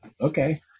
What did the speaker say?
okay